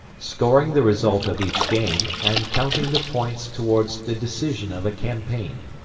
scoring the result of each game and counting the points towards the decision of a campaign.